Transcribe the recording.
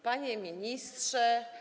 Panie Ministrze!